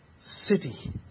city